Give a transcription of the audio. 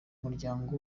muryango